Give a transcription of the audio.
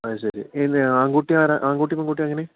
അതു ശരി ഇല്ലേ ആൺകുട്ടിയാരാണ് ആൺകുട്ടി പെൺകുട്ടി അങ്ങനെ